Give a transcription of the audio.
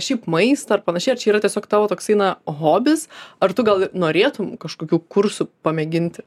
šiaip maistą ar panašiai ar čia yra tiesiog tavo toksai na hobis ar tu gal norėtum kažkokių kursų pamėginti